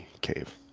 cave